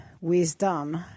wisdom